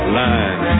line